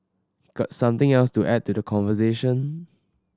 got something else to add to the conversation